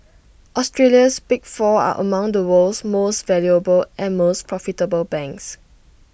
Australia's big four are among the world's most valuable and most profitable banks